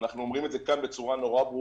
אנחנו אומרים את זה כאן בצורה ברורה,